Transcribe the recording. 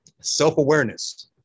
self-awareness